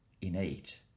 innate